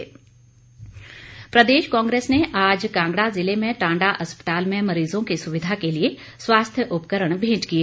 कांग्रेस प्रदेश कांग्रेस ने आज कांगड़ा जिले में टांडा अस्पताल में मरीजों की सुविधा के लिए स्वास्थ्य उपकरण मेंट किए